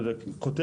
כמובן.